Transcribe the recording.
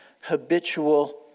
habitual